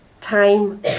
time